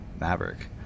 Maverick